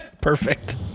Perfect